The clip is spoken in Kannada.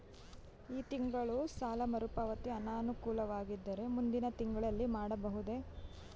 ಈ ತಿಂಗಳು ಸಾಲ ಮರುಪಾವತಿ ಅನಾನುಕೂಲವಾಗಿದ್ದರೆ ಮುಂದಿನ ತಿಂಗಳಲ್ಲಿ ಮಾಡಬಹುದೇ?